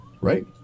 right